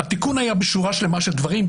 התיקון היה בשורה שלמה של דברים,